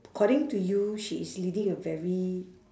according to you she is leading a very